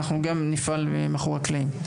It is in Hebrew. גם אנחנו נפעל מאחורי הקלעים.